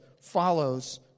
follows